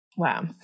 Wow